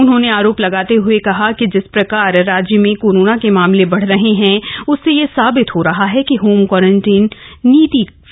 उन्होंने आरोप लगाते हुए कहा कि जिस प्रकार राज्य में कोरोना के मामले बढ़ रहे हैं उससे यह साबित हो रहा है कि होम क्वारंटीन नीति सफल नहीं हो रही है